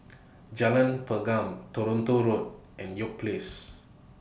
Jalan Pergam Toronto Road and York Place